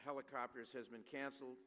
helicopters has been cancelled